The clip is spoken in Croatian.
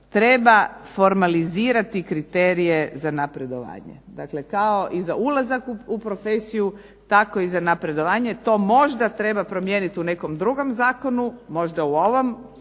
treba formalizirati kriterije za napredovanje, dakle kao i za ulazak u profesiji tako i za napredovanje. To možda treba promijenit u nekom drugom zakonu, možda u ovom,